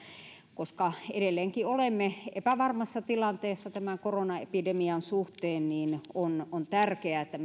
koska edelleenkin olemme epävarmassa tilanteessa tämän korona epidemian suhteen niin on on tärkeää että